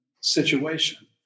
situation